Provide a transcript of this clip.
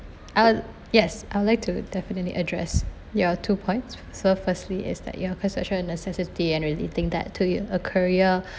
I'll yes I'd like to definitely address your two points so firstly is that your perception of necessity and really think that to you a career